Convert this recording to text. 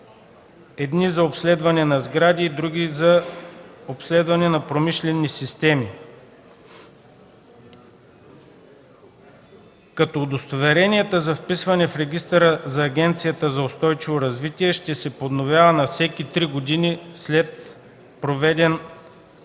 едни за обследване на сгради и други – за обследване на промишлени системи, като удостоверенията за вписване в регистъра на Агенцията за устойчиво енергийно развитие ще се подновяват на всеки три години след проведен положителен